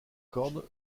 cordes